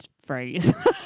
phrase